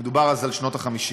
מדובר אז על שנות ה-50.